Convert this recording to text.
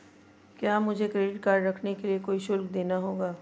क्या मुझे credit card रखने के लिए कोई शुल्क देना होगा?